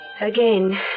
Again